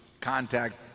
contact